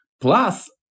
Plus